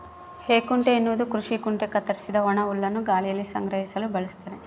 ಹೇಕುಂಟೆ ಎನ್ನುವುದು ಕೃಷಿ ಕುಂಟೆ ಕತ್ತರಿಸಿದ ಒಣಹುಲ್ಲನ್ನು ಗಾಳಿಯಲ್ಲಿ ಸಂಗ್ರಹಿಸಲು ಬಳಸ್ತಾರ